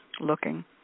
looking